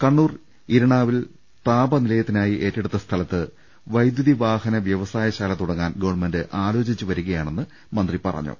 കണ്ണൂർ ഇരിണാവിൽ താപനിലയത്തിനായി ഏറ്റെടുത്ത സ്ഥലത്ത് വൈദ്യുതിവാഹന വൃവസായശാല തുടങ്ങാൻ ഗവൺമെന്റ് ആലോചിച്ച് വരുകയാണെന്ന് അദ്ദേഹം പറ ഞ്ഞു